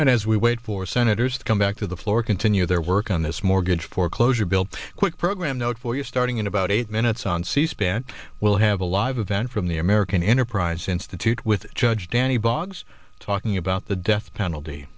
and as we wait for senators to come back to the floor continue their work on this mortgage foreclosure build a quick program note for you starting in about eight minutes on c span we'll have a live event from the american enterprise institute with judge danny boggs talking about the death penalty